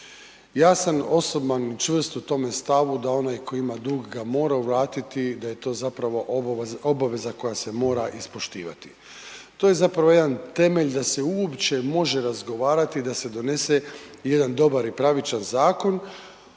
Ja sam osoban čvrst u tome stavu da onaj koji ima dug ga mora vratiti, da je to zapravo obaveza koja se mora ispoštivati, to je zapravo jedan temelj da se uopće može razgovarati, da se donese jedan dobar i pravičan zakon.